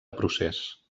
procés